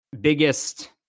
biggest